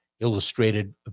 illustrated